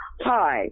hi